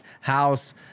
house